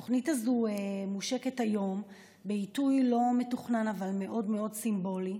התוכנית הזאת מושקת היום בעיתוי לא מתוכנן אבל מאוד מאוד סימבולי,